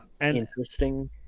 interesting